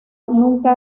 nunca